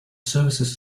services